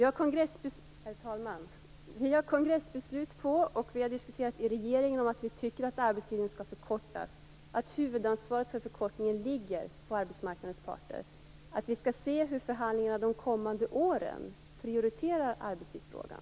Herr talman! Vi har ett kongressbeslut, och vi har diskuterat i regeringen. Vi tycker att arbetstiden skall förkortas. Huvudansvaret för förkortningen ligger på arbetsmarknadens parter. Vi skall se hur man i förhandlingarna under de kommande åren prioriterar arbetstidsfrågan.